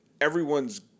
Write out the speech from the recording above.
everyone's